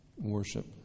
worship